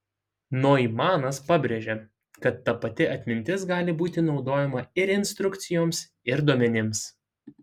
noimanas pabrėžė kad ta pati atmintis gali būti naudojama ir instrukcijoms ir duomenims